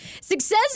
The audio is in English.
Success